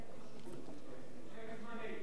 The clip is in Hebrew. שם זמני.